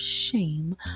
Shame